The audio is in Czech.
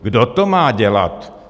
Kdo to má dělat?